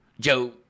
Joe